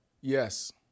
Yes